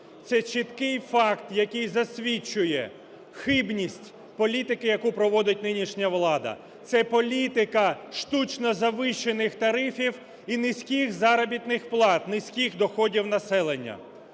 Це чіткий факт, який засвідчує хибність політики, яку проводить нинішня влада. Це політика штучно завищених тарифів і низьких заробітних плат, низьких доходів населення.